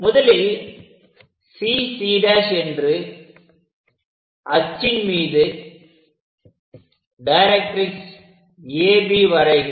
முதலில் CC' என்று அச்சின் மீது டைரக்ட்ரிக்ஸ் AB வரைக